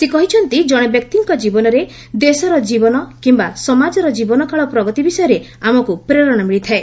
ସେ କହିଛନ୍ତି ଜଣେ ବ୍ୟକ୍ତିଙ୍କ ଜୀବନରେ ଦେଶର ଜୀବନ କିମ୍ବା ସମାଜର ଜୀବନକାଳ ପ୍ରଗତି ବିଷୟରେ ଆମକୁ ପ୍ରେରଣା ମିଳିଥାଏ